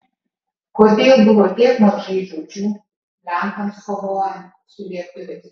kodėl buvo tiek mažai žūčių lenkams kovojant su lietuviais